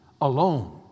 alone